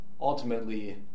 ultimately